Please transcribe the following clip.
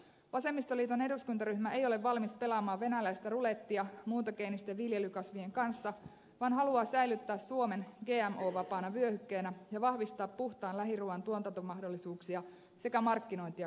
vasemmistoliiton eduskuntaryhmä ei ole valmis pelaamaan venäläistä rulettia muuntogeenisten viljelykasvien kanssa vaan haluaa säilyttää suomen gmo vapaana vyöhykkeenä ja vahvistaa puhtaan lähiruuan tuotantomahdollisuuksia sekä markkinointia kuluttajille